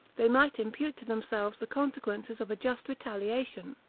they might impute to themselves the consequences of a just retaliation.